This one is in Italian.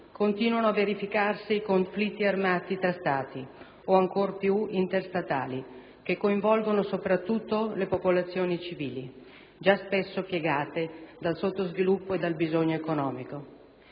continuano a verificarsi conflitti armati tra Stati, o ancor più interstatali, che coinvolgono soprattutto le popolazioni civili, già spesso piegate dal sottosviluppo e dal bisogno economico.